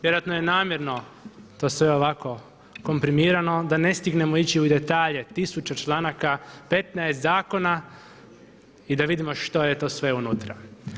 Vjerojatno je namjerno to sve ovako kompromirano da ne stignemo ići u detalje - tisuće članaka, 15 zakona i da vidimo što je to sve unutra.